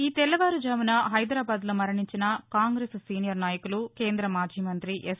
ఈ తెల్లవారుఝామున హైదరాబాద్లో మరణించిన కాంగ్రెస్ సీనియర్ నాయకులు కేంద్రమాజీ మంత్రి ఎస్